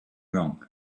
wrong